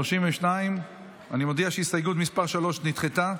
32. אני מודיע שהסתייגות מס' 3 נדחתה.